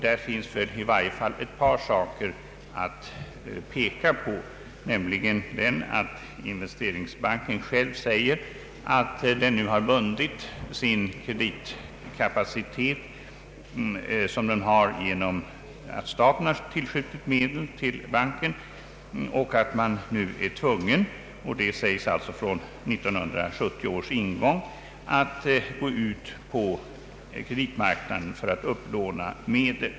Där finns i varje fall ett par saker att påtala, nämligen att Investeringsbanken själv säger att den nu har bundit sin kreditkapacitet, som den har genom att staten tillskjutit medel till banken, och att man nu är tvungen att från 1970 års ingång gå ut på kreditmarknaden för att upplåna medel.